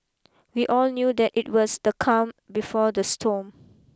we all knew that it was the calm before the storm